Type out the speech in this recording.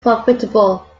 profitable